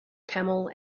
camel